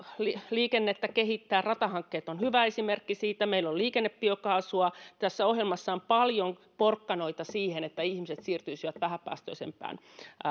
liikennettä kehittää ratahankkeet on hyvä esimerkki siitä meillä on liikennebiokaasua tässä ohjelmassa on paljon porkkanoita siihen että ihmiset siirtyisivät vähäpäästöisempään